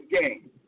game